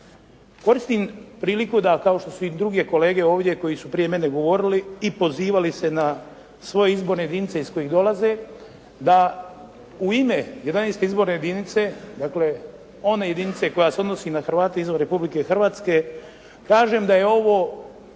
Koristim priliku da kao što su i druge kolege ovdje koji su prije mene govorili i pozivali se na svoje izborne jedinice iz kojih dolaze, da u ime 11. izborne jedinice, dakle one jedinice koja se odnosi na Hrvate izvan Republike Hrvatske kažem da je ovo